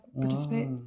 Participate